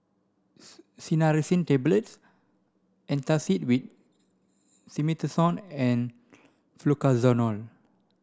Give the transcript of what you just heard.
Cinnarizine Tablets Antacid with Simethicone and Fluconazole